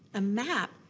a map,